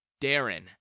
Darren